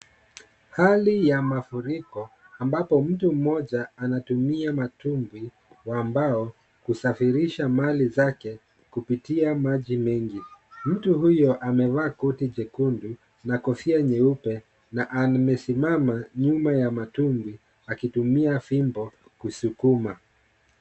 Hali ya mafuriko, ambapo mtu mmoja anatumia matumbwi wa mbao kusafirisha mali zake kupitia maji mengi. Mtu huyo amevaa koti jekundu na kofia nyeupe na anamesimama nyuma ya matumbwi akitumia fimbo kusukuma.